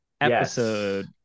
episode